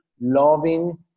loving